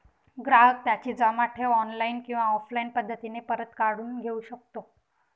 ग्राहक त्याची जमा ठेव ऑनलाईन किंवा ऑफलाईन पद्धतीने परत काढून घेऊ शकतो